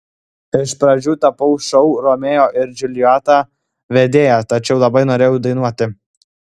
iš pradžių tapau šou romeo ir džiuljeta vedėja tačiau labai norėjau dainuoti